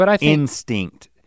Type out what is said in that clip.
instinct